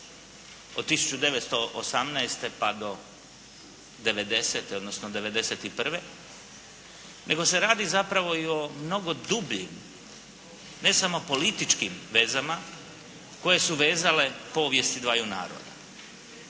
odnosno 91. nego se radi zapravo i o mnogo dubljim ne samo političkim vezama koje su vezale povijesti dvaju naroda.